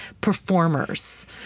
performers